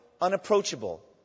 unapproachable